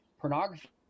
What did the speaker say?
pornography